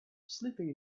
sleeping